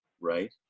Right